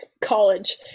college